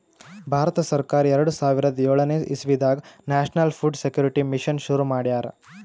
ಭಾರತ ಸರ್ಕಾರ್ ಎರಡ ಸಾವಿರದ್ ಯೋಳನೆ ಇಸವಿದಾಗ್ ನ್ಯಾಷನಲ್ ಫುಡ್ ಸೆಕ್ಯೂರಿಟಿ ಮಿಷನ್ ಶುರು ಮಾಡ್ಯಾರ್